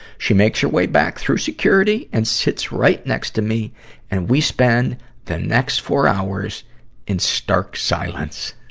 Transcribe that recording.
she makes her way back through security, and sits right next to me and we spend the next four hours in stark silence.